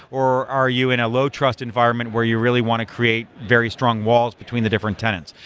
or are you in a low trust environment where you really want to create very strong walls between the different tenants?